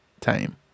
time